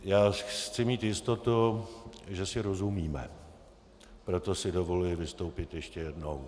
Já chci mít jistotu, že si rozumíme, proto si dovoluji vystoupit ještě jednou.